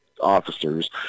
officers